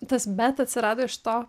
tas bet atsirado iš to